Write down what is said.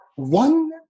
one